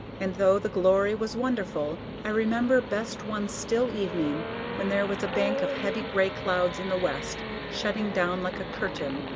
and though the glory was wonderful, i remember best one still evening when there was a bank of heavy gray clouds in the west shutting down like a curtain,